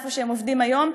איפה שהם עובדים היום.